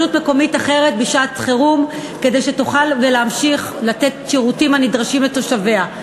מקומית אחרת בשעת חירום כדי שתוכל ולהמשיך לתת שירותים הנדרשים לתושביה.